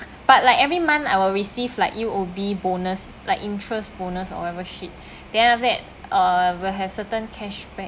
but like every month I will receive like U_O_B bonus like interest bonus or whatever shit then after that uh will have certain cashback